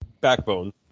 backbone